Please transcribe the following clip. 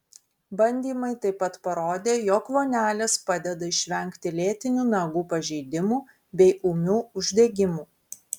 bandymai taip pat parodė jog vonelės padeda išvengti lėtinių nagų pažeidimų bei ūmių uždegimų